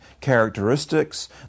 characteristics